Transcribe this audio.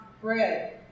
bread